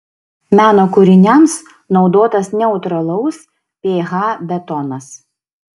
meno kūriniams naudotas neutralaus ph betonas